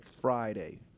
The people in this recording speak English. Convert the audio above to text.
Friday